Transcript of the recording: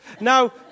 Now